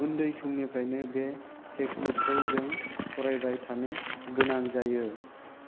उन्दै समनिफ्रायनो बे टेक्स्त बुकखौ जों फरायबाय थानो गोनां जायो